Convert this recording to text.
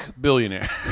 billionaire